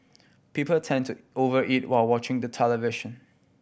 people tend to over eat while watching the television